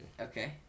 Okay